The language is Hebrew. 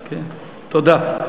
כן, תודה.